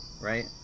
right